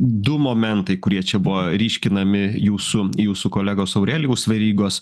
du momentai kurie čia buvo ryškinami jūsų jūsų kolegos aurelijaus verygos